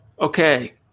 Okay